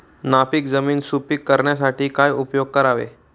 नापीक जमीन सुपीक करण्यासाठी काय उपयोग करावे?